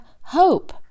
hope